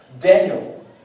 Daniel